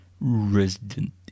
Resident